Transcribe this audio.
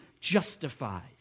justifies